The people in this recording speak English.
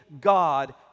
God